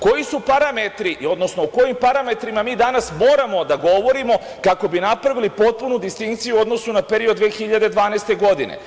Koji su parametri, odnosno o kojim parametrima mi danas moramo da govorimo kako bismo napravili potpunu distinkciju u odnosu na period od 2012. godine?